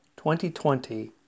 2020